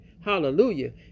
Hallelujah